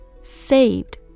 saved